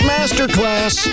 Masterclass